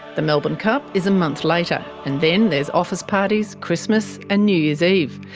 the melbourne cup is a month later. and then there's office parties, christmas and new year's eve.